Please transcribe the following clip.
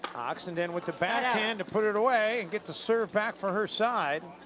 oxenden with the backhand to put it away and get the serve back for her side.